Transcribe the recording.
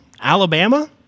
Alabama